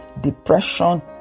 depression